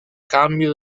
cambio